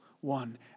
one